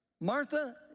martha